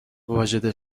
واجد